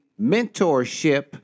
mentorship